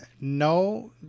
no